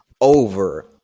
over